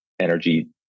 energy